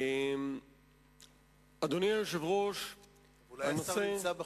אולי השר נמצא בחוץ?